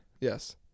yes